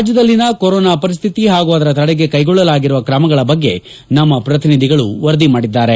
ರಾಜ್ಯದಲ್ಲಿನ ಕೊರೋನಾ ಪರಿಸ್ನಿತಿ ಹಾಗೂ ಅದರ ತಡೆಗೆ ಕೈಗೊಳ್ಲಲಾಗಿರುವ ಕ್ರಮಗಳ ಬಗ್ಗೆ ನಮ್ನ ಪ್ರತಿನಿಧಿಗಳು ವರದಿ ಮಾಡಿದ್ದಾರೆ